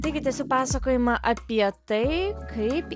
taigi tęsiu pasakojimą apie tai kaip